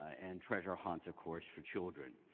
ah and treasure hunts of course, for children.